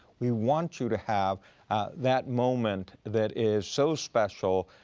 we want you to have that moment that is so special,